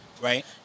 Right